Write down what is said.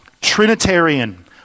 Trinitarian